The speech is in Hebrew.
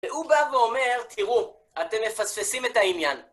והוא בא ואומר, תראו, אתם מפספסים את העניין.